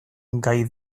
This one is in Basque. gai